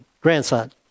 grandson